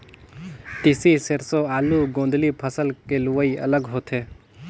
तिसी, सेरसों, आलू, गोदंली फसल के लुवई अलग होथे